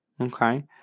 Okay